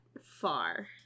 far